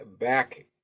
back